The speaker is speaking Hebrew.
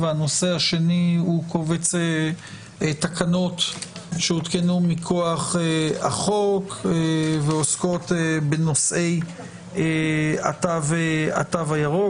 והשני הוא קובץ תקנות שהותקנו מכוח החוק ועוסקות בנושא התו הירוק,